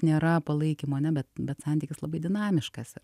nėra palaikymo ane bet bet santykis labai dinamiškas